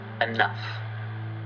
enough